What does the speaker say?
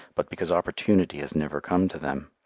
but because opportunity has never come to them.